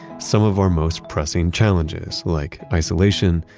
some of our most pressing challenges, like isolation,